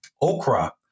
okra